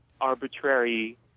arbitrary